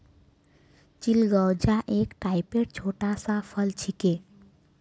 चिलगोजा एक टाइपेर छोटा सा फल छिके